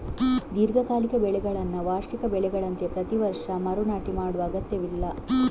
ದೀರ್ಘಕಾಲಿಕ ಬೆಳೆಗಳನ್ನ ವಾರ್ಷಿಕ ಬೆಳೆಗಳಂತೆ ಪ್ರತಿ ವರ್ಷ ಮರು ನಾಟಿ ಮಾಡುವ ಅಗತ್ಯವಿಲ್ಲ